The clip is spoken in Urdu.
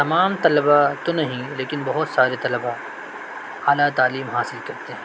تمام طلباء تو نہيں ليكن بہت سارے طلباء اعلىٰ تعليم حاصل كرتے ہيں